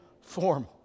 form